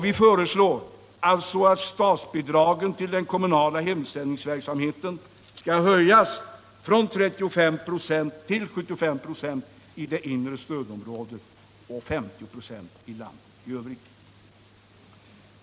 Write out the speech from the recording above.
Vi föreslår alltså att statsbidraget till den kommunala hemsändningsverksamheten skall höjas från 35 96 till 75 96 i det inre stödområdet och till 50 96 i landet i övrigt.